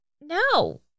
no